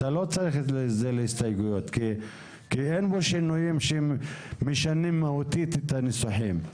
אין כאן שינויים שמשנים מהותית את הניסוחים.